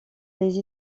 les